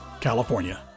California